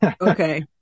okay